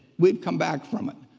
we've come back from it.